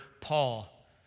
Paul